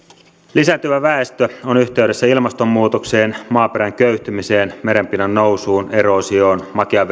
lisääntyvä väestö on yhteydessä ilmastonmuutokseen maaperän köyhtymiseen merenpinnan nousuun eroosioon makean